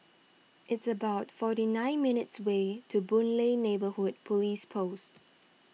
it's about forty nine minutes' way to Boon Lay Neighbourhood Police Post